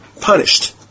punished